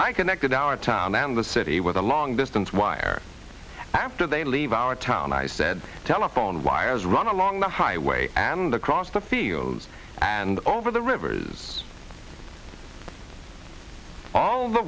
i connected our town and the city with a long distance wire after they leave our town i said telephone wires run along the highway and across the fields and over the river is all the